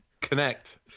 connect